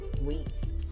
weeks